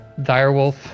direwolf